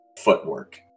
footwork